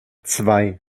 zwei